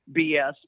BS